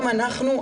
גם אנחנו,